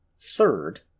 Third